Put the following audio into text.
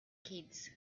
kids